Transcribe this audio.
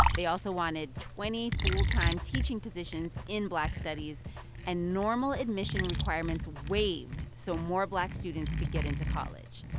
they also wanted twenty full-time teaching positions in black studies and normal admission requirements waived so more black students could get into college.